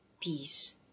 peace